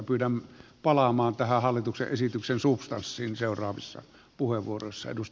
pyydän palaamaan tähän hallituksen esityksen substanssiin seuraavissa puheenvuoroissa